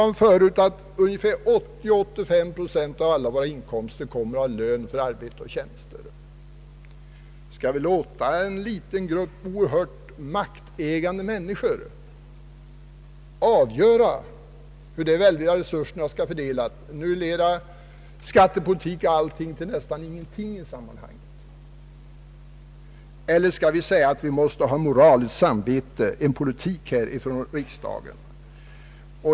Jag har tidigare erinrat om att 80— 85 procent av våra inkomster kommer från lön för arbete och tjänster. Är det riktigt att låta en liten grupp oerhört maktägande människor avgöra hur dessa enorma resurser skall fördelas och göra skattepolitik och allt annat till nästan ingenting i sammanhanget? Eller skall vi ha moral och samvete — föra en politik här i riksdagen?